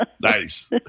Nice